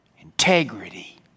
integrity